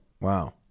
Wow